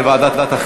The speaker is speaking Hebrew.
נא להצביע.